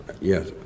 Yes